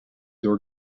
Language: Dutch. door